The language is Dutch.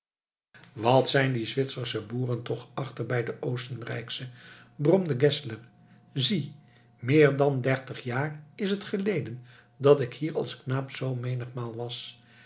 wat zijn die zwitsersche boeren toch achter bij de oostenrijksche bromde geszler zie meer dan dertig jaar is het geleden dat ik hier als knaap zoo menigmaal was